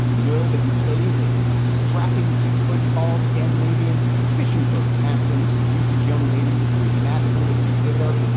you know that he plays a strapping, six foot tall scandinavian fishing boat captain who seduces young ladies through his mastery of the zither.